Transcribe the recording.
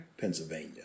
pennsylvania